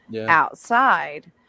outside